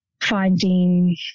finding